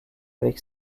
avec